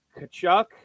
Kachuk